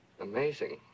Amazing